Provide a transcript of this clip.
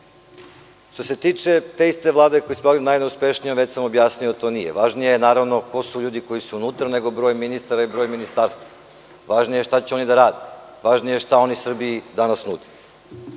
se tiče te iste Vlade koju ste smatrali najneuspešnijom, već sam objasnio da to nije. Važnije je ko su ljudi koji su unutra, nego broj ministara i broj ministarstava. Važnije je šta će oni da rade, važnije je šta oni Srbiji danas